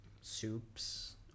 soups